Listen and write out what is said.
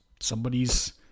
somebody's